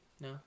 No